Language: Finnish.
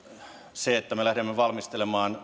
se että me lähdemme valmistelemaan